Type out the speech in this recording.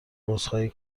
عذرخواهی